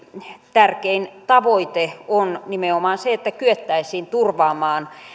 tärkein tavoite on nimenomaan se että kyettäisiin turvaamaan